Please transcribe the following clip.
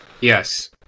yes